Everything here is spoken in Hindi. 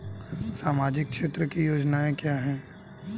सामाजिक क्षेत्र की योजनाएं क्या हैं?